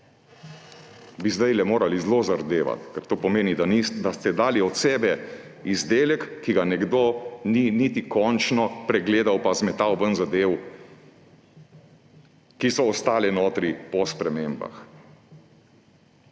bi zdajle morali zelo zardevati, ker to pomeni, da ste dali od sebe izdelek, ki ga nekdo ni niti končno pregledal pa zmetal ven zadev, ki so ostale notri po spremembah.